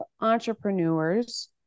entrepreneurs